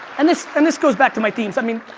and this, and this goes back to my themes. i mean,